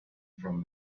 from